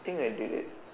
think I did it